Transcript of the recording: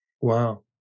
Wow